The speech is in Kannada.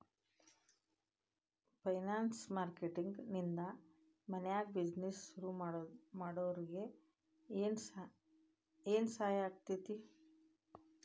ಫೈನಾನ್ಸಿಯ ಮಾರ್ಕೆಟಿಂಗ್ ನಿಂದಾ ಮನ್ಯಾಗ್ ಬಿಜಿನೆಸ್ ಶುರುಮಾಡ್ದೊರಿಗೆ ಏನ್ಸಹಾಯಾಕ್ಕಾತಿ?